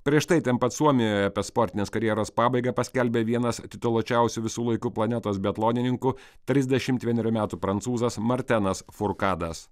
prieš tai ten pat suomijoje apie sportinės karjeros pabaigą paskelbė vienas tituluočiausių visų laikų planetos biatlonininkų trisdešimt vienerių metų prancūzas martenas furkadas